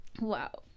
wow